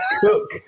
Cook